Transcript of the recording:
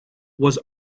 was